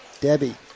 debbie